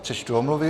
Přečtu omluvy.